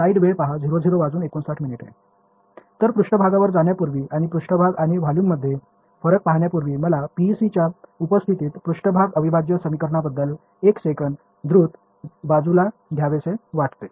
तर पृष्ठभागावर जाण्यापूर्वी आणि पृष्ठभाग आणि व्हॉल्यूममध्ये फरक पाहण्यापूर्वी मला PEC च्या उपस्थितीत पृष्ठभाग अविभाज्य समीकरणांबद्दल एक सेकंद द्रुत बाजूला घ्यावेसे वाटते